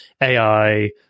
ai